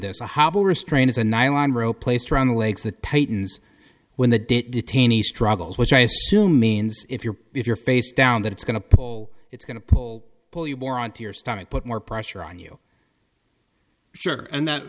rope placed around the lakes the titans when the detainees struggles which i assume means if you're if you're face down that it's going to pull it's going to pull pull you bore onto your stomach put more pressure on you sure and that